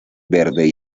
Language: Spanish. verde